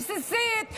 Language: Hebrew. בסיסית,